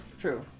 true